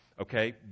Okay